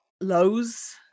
lows